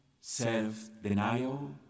self-denial